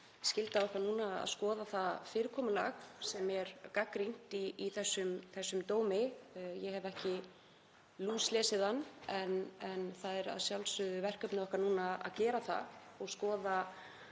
skylda okkar núna að skoða það fyrirkomulag sem er gagnrýnt í þessum dómi. Ég hef ekki lúslesið hann en það er að sjálfsögðu verkefni okkar núna að gera það og skoða